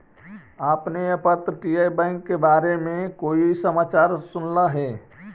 आपने अपतटीय बैंक के बारे में कोई समाचार सुनला हे